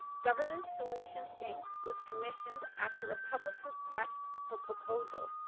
governance solutions inc. was commissioned after a public request for proposal.